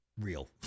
real